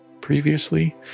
previously